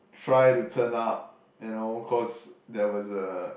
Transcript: try to turn up you know cause there was a